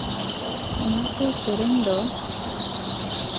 ᱚᱱᱟ ᱠᱚ ᱥᱮᱨᱮᱧ ᱫᱚ